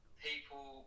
People